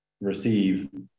receive